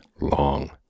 long